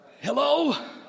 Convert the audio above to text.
Hello